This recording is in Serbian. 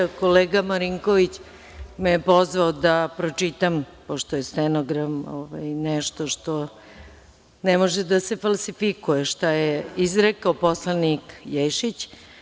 Kolega Marinković me je pozvao da pročitam, pošto je stenogram nešto što ne može da se falsifikuje, šta je izrekao poslanik Ješić.